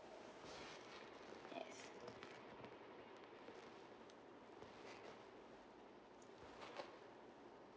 yes